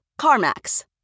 CarMax